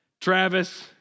Travis